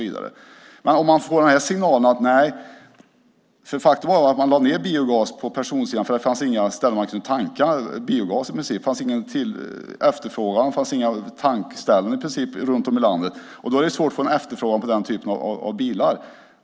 Faktum är att man lade ned biogas på personvagnssidan eftersom det inte fanns några ställen där man kunde tanka biogas. Det fanns i princip inga tankställen runt om i landet. Då var det svårt att få en efterfrågan på den typen av bilar.